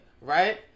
right